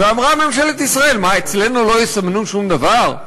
ואמרה ממשלת ישראל, מה, אצלנו לא יסמנו שום דבר?